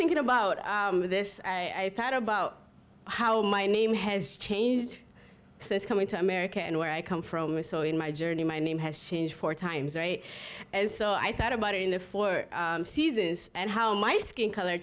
thinking about this i thought about how my name has changed since coming to america and where i come from i saw in my journey my name has changed four times right and so i thought about it in the four seasons and how my skin color